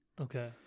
Okay